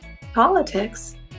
politics